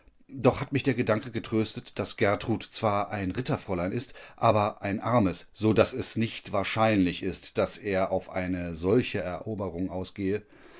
doch hat mich der gedanke getröstet daß gertrud zwar ein ritterfräulein ist aber ein armes so daß es nicht wahrscheinlich ist daß er auf eine solche eroberung ausgehe